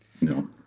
No